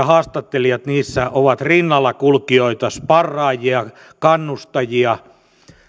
haastattelijat ovat rinnallakulkijoita sparraajia kannustajia